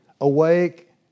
awake